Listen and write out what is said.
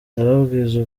ndababwiza